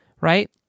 right